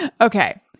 okay